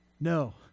No